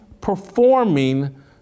performing